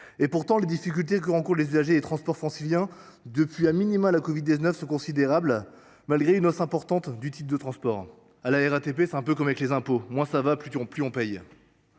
de la RATP. Les difficultés que rencontrent les usagers des transports franciliens depuis la période de la covid 19 sont considérables, malgré une hausse importante du prix du titre de transport. À la RATP, c’est un peu comme avec les impôts : moins ça va, plus on paye